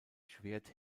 schwert